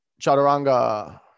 chaturanga